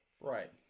Right